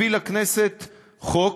הביא לכנסת חוק,